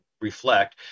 reflect